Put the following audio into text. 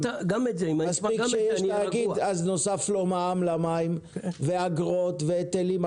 כשיש תאגיד נוסף לו מע"מ למים, אגרות והיטלים.